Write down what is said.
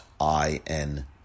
i-n